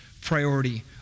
priority